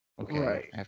Okay